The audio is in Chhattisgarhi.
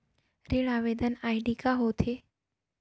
ऋण आवेदन आई.डी का होत हे?